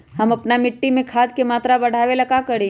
हम अपना मिट्टी में खाद के मात्रा बढ़ा वे ला का करी?